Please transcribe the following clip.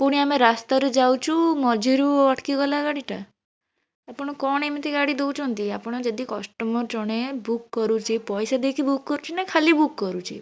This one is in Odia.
ପୁଣି ଆମେ ରାସ୍ତାରୁ ଯାଉ ମଝିରୁ ଅଟକି ଗଲା ଗାଡ଼ିଟା ଆପଣ କଣ ଏମିତି ଗାଡ଼ି ଦେଉଛନ୍ତି ଆପଣ ଯଦି କଷ୍ଟମର୍ ଜଣେ ବୁକ୍ କରୁଛି ପଇସା ଦେଇକି ବୁକ୍ କରୁଛିନା ଖାଲି ବୁକ୍ କରୁଛି